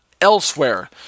elsewhere